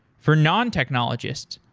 for non-technologists,